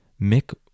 Mick